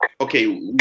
Okay